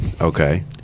Okay